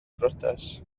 briodas